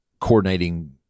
Coordinating